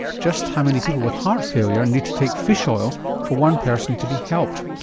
just how many people with heart failure need to take fish oil for one person to be helped.